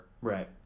Right